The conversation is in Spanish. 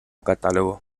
catálogo